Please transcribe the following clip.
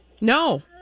no